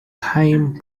time